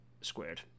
squared